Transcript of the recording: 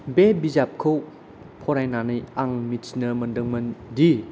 बे बिजाबखौ फरायनानै आं मिथिनो मोनदोंमोनदि